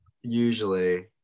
usually